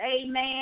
Amen